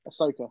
Ahsoka